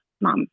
mom